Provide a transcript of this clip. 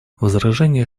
возражения